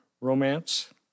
romance